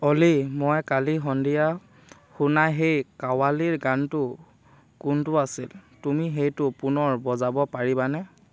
অ'লি মই কালি সন্ধিয়া শুনা সেই কাৱালীৰ গানটো কোনটো আছিল তুমি সেইটো পুনৰ বজাব পাৰিবানে